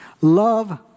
love